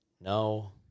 no